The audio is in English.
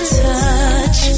touch